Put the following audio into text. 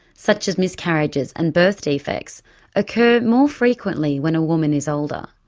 such as miscarriages and birth defects occur more frequently when a woman is older.